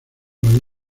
los